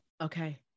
Okay